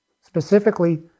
Specifically